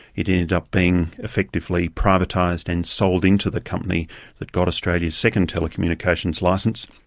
it ended up being effectively privatised and sold into the company that got australia's second telecommunications licence,